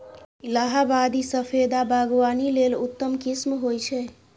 इलाहाबादी सफेदा बागवानी लेल उत्तम किस्म होइ छै